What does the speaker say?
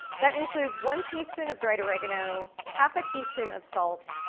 that includes one teaspoon of dried oregano, half a teaspoon of salt,